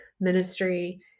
ministry